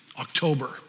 October